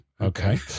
Okay